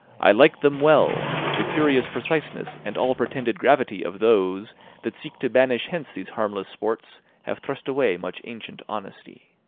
i like them well the curious preciseness and all-pretended gravity of those that seek to banish hence these harmless sports, have thrust away much ancient honesty